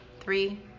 three